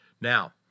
Now